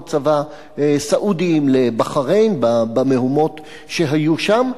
צבא סעודיים לבחריין במהומות שהיו שם.